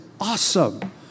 awesome